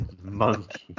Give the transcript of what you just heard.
monkey